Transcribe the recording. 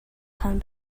come